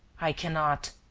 i cannot.